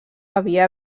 havia